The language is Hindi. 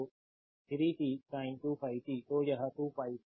तो 3 t sin 2ϕt तो यह 2π t है